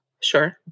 Sure